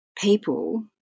people